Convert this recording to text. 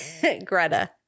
Greta